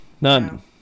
none